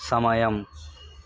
సమయం